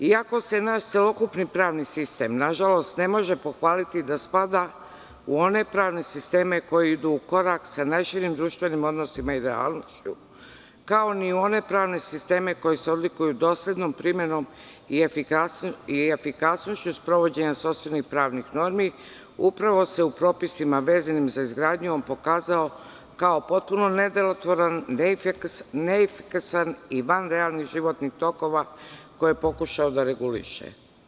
Iako se naš celokupni pravni sistem, nažalost, ne može pohvaliti da spada u one pravne sisteme koji idu u korak sa najširim društvenim odnosima i realnošću, kao ni u one pravne sisteme koji se odlikuju doslednom primenom i efikasnošću sprovođenja sopstvenih pravnih normi, upravo se u propisima vezanim za izgradnju on pokazao kao potpuno nedelotvoran, neefikasan, i van realnih životnih tokova koje je pokušao da reguliše.